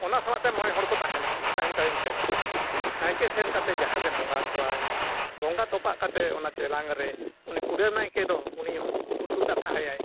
ᱚᱱᱟ ᱥᱟᱞᱟᱜ ᱛᱮ ᱢᱚᱬᱮ ᱦᱚᱲ ᱠᱚ ᱛᱟᱦᱮᱱᱟ ᱩᱱᱠᱩ ᱛᱟᱭᱚᱢ ᱛᱟᱭᱚᱢ ᱛᱮ ᱱᱟᱭᱠᱮ ᱥᱮᱱ ᱠᱟᱛᱮᱫ ᱡᱟᱦᱮᱨ ᱨᱮ ᱵᱚᱸᱜᱟ ᱠᱚᱣᱟᱭ ᱵᱚᱸᱜᱟ ᱛᱚᱯᱟᱜ ᱠᱟᱛᱮᱫ ᱚᱱᱟ ᱪᱮᱞᱟᱝ ᱨᱮ ᱩᱱᱤᱠᱩᱰᱟᱹᱢ ᱱᱟᱭᱠᱮ ᱫᱚ ᱩᱱᱤ ᱩᱛᱩ ᱫᱟᱠᱟ ᱟᱭᱟᱭ